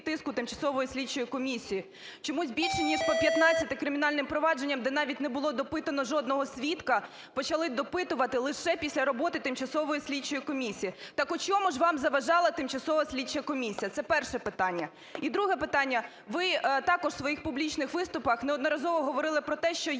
Тимчасової слідчої комісії.